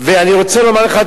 ואני רוצה לומר לך,